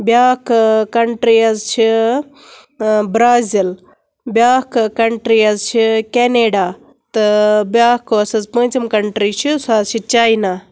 بیاکھ کَنٛٹری حظ چھِ برازِل بیاکھ کَنٛٹری حظ چھِ کیٚنڈا تہٕ بیاکھ ٲسۍ حظ پوٗنٛژِم کَنٛٹری چھِ سۄ حظ چھِ چاینا